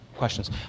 questions